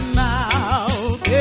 mouth